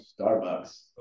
Starbucks